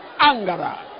Angara